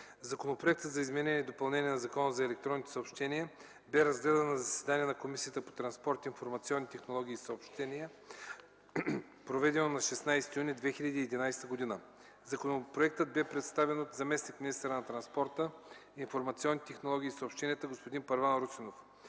Законопроектът за изменение и допълнение на Закона за електронните съобщения бе разгледан на заседание на Комисията по транспорт, информационни технологии и съобщения, проведено на 16 юни 2011 г. Законопроектът бе представен от заместник-министъра на транспорта, информационните технологии и съобщенията – господин Първан Русинов.